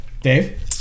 Dave